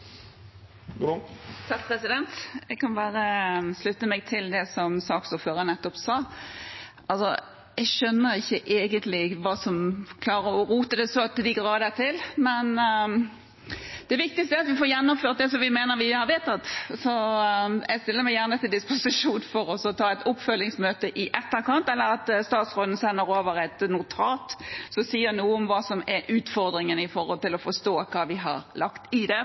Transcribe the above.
Jeg kan bare slutte meg til det saksordføreren nettopp sa. Jeg skjønner egentlig ikke hva som klarer å rote det så til de grader til. Det viktigste er at vi får gjennomført det som vi mener at vi har vedtatt. Jeg stiller meg gjerne til disposisjon for å ta et oppfølgingsmøte i etterkant, eller om statsråden kan sende over et notat som sier noe om hva som er utfordringen med tanke på å forstå hva vi har lagt i det,